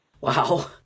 Wow